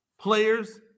Players